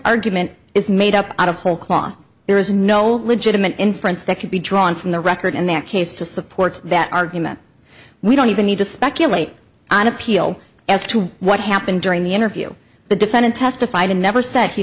argument is made up out of whole cloth there is no legitimate inference that could be drawn from the record in that case to support that argument we don't even need to speculate on appeal as to what happened during the interview the defendant testified and never said he